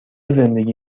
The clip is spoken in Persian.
زندگی